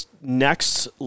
next